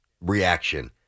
reaction